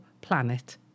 planet